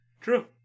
True